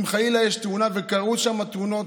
אם חלילה יש תאונה, וקרו שם תאונות: